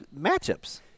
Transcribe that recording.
matchups